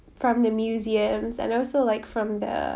from the museums and also like from the